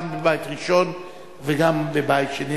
גם בבית ראשון וגם בבית שני,